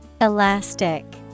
Elastic